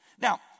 Now